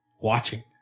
watching